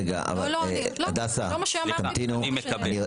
רגע, הדסה, תמתינו, אני רק